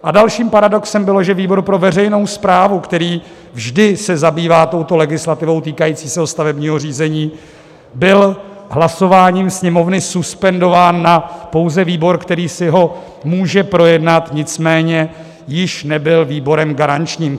A dalším paradoxem bylo, že výbor pro veřejnou správu, který vždy se zabývá touto legislativou týkajícího se stavebního řízení, byl hlasováním Sněmovny suspendován na pouze výbor, který si ho může projednat, nicméně již nebyl výborem garančním.